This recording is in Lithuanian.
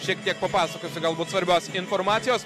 šiek tiek papasakosiu gal būt svarbios informacijos